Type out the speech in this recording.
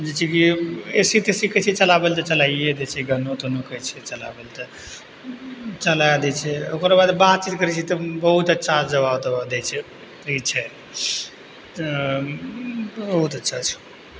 जाहिसे कि A C तेसी कहै छियै चलाबै लै तऽ चलाइयै दै छै गानो तानो कहै छियै चलाबै लै तऽ चलाइ दै छै ओकरबाद बातचीत करै छै तऽ बहुत अच्छा जवाब तवाब दै छै ई छै तऽ बहुत अच्छा छै